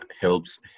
helps